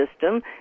system